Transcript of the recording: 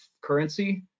currency